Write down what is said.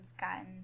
gotten